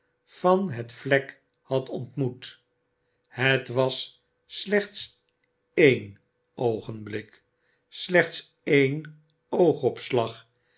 van het vlek had ontmoet het was slechts één oogenblik slechts één oogopslag